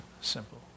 simple